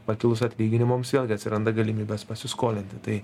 pakilus atlyginimams vėlgi atsiranda galimybės pasiskolinti tai